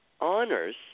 honors